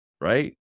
right